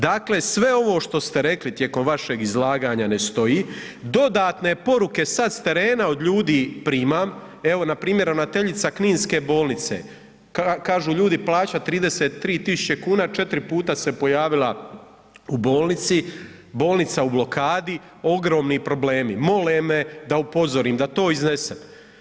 Dakle, sve ovo što ste rekli tijekom vašeg izlaganja ne stoji, dodatne poruke sad s terena od ljudi primam, evo npr. ravnateljica kninske bolnice, kažu ljudi plaća 33.000,00 kn, 4 puta se pojavila u bolnici, bolnica u blokadi, ogromni problemi, mole me da upozorim, da to iznesem.